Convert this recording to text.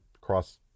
cross